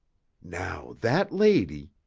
now, that lady,